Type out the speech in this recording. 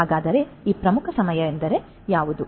ಹಾಗಾದರೆ ಈ ಪ್ರಮುಖ ಸಮಯ ಯಾವುದು